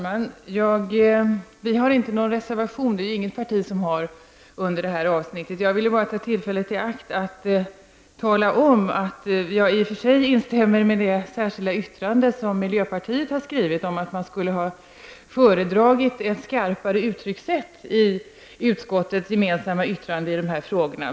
Herr talman! Vi har inte någon reservation. Det har inte något parti under det här avsnittet. Jag vill bara ta tillfället i akt att tala om att jag i och för sig instämmer i det särskilda yttrande som miljöpartiet har skrivit om att man skulle ha föredragit ett skarpare uttryckssätt i utskottets gemensamma yttrande i de här frågorna.